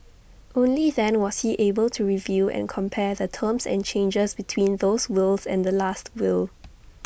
only then was he able to review and compare the terms and changes between those wills and the Last Will